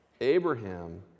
Abraham